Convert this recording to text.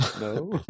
No